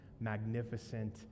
magnificent